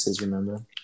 remember